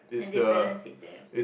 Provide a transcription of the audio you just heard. and they balance it there